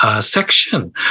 section